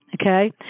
okay